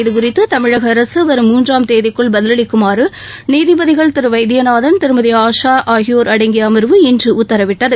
இது குறித்து தமிழக அரசு வரும் மூன்றாம் தேதிக்குள் பதிலளிக்குமாறு நீதிபதிகள் திரு வைத்தியநாதன் திருமதி ஆஷா அடங்கிய அமா்வு இன்று உத்தரவிட்டது